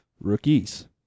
rookies